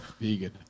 Vegan